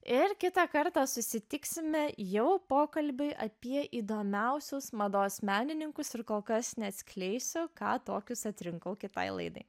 ir kitą kartą susitiksime jau pokalbiui apie įdomiausius mados menininkus ir kol kas neatskleisiu ką tokius atrinkau kitai laidai